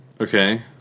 Okay